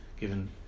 given